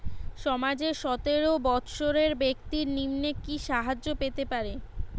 সমাজের সতেরো বৎসরের ব্যাক্তির নিম্নে কি সাহায্য পেতে পারে?